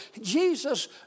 Jesus